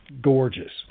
gorgeous